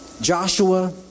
Joshua